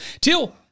till